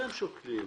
בדרך כלל,